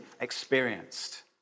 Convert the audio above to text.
experienced